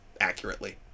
accurately